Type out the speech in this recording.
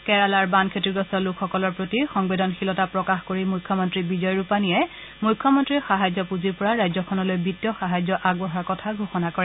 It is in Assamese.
কেৰালাৰ বান ক্ষতিগ্ৰস্ত লোকসকলৰ প্ৰতি সংবেদনশীলতা প্ৰকাশ কৰি মুখ্যমন্ত্ৰী বিজয় ৰূপানীয়ে মুখ্যমন্ত্ৰীৰ সাহায্য পুঁজিৰ পৰা ৰাজ্যখনলৈ বিত্তীয় সাহায্য আগবঢ়োৱাৰ কথা ঘোষণা কৰে